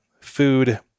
Food